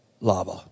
lava